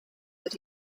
that